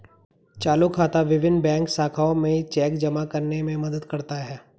चालू खाता विभिन्न बैंक शाखाओं में चेक जमा करने में मदद करता है